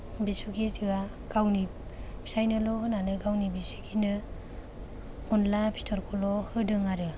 बिसुखेजोआ गावनि फिसायनोल' होनानै गावनि बिसिगिनो अनला फिथरखौल' होदों आरो